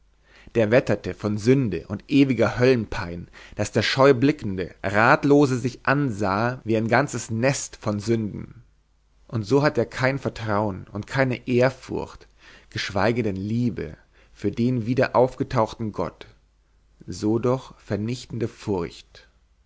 der wetterte von sünde und ewiger höllenpein daß der scheublickende ratlose sich ansah wie ein ganzes nest von sünden und hatte er so kein vertrauen und keine ehrfurcht geschweige denn liebe für den wieder aufgetauchten gott so doch vernichtende furcht